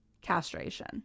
castration